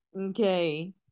Okay